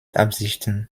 absichten